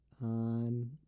on